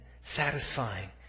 satisfying